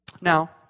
Now